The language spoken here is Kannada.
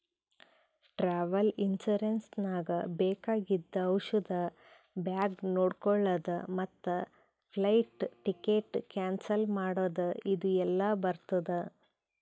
ಟ್ರಾವೆಲ್ ಇನ್ಸೂರೆನ್ಸ್ ನಾಗ್ ಬೇಕಾಗಿದ್ದು ಔಷಧ ಬ್ಯಾಗ್ ನೊಡ್ಕೊಳದ್ ಮತ್ ಫ್ಲೈಟ್ ಟಿಕೆಟ್ ಕ್ಯಾನ್ಸಲ್ ಮಾಡದ್ ಇದು ಎಲ್ಲಾ ಬರ್ತುದ